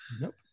Nope